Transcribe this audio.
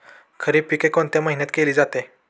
खरीप पिके कोणत्या महिन्यात केली जाते?